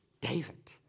David